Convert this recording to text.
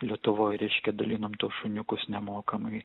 lietuvoj reiškia dalinom tuos šuniukus nemokamai